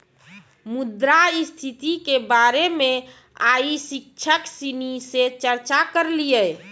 मुद्रा स्थिति के बारे मे आइ शिक्षक सिनी से चर्चा करलिए